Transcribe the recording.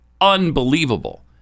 unbelievable